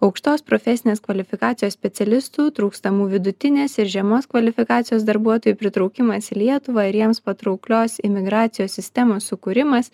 aukštos profesinės kvalifikacijos specialistų trūkstamų vidutinės ir žemos kvalifikacijos darbuotojų pritraukimas į lietuvą ir jiems patrauklios imigracijos sistemos sukūrimas